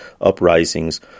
uprisings